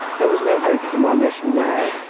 there was no hope for my mission now,